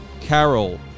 Carol